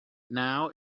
now